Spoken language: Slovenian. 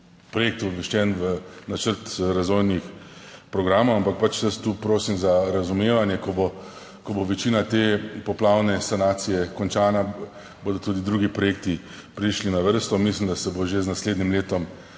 projekt uvrščen v načrt razvojnih programov, ampak jaz tu prosim za razumevanje, ko bo, ko bo večina te poplavne sanacije končana, bodo tudi drugi projekti prišli na vrsto. Mislim, da se bo že z naslednjim letom